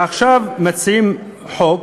עכשיו מציעים חוק